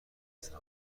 داریم